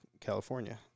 california